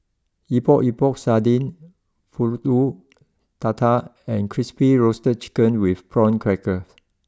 Epok Epok Sardin Pulut Tatal and Crispy Roasted Chicken with Prawn Crackers